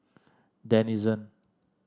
denizen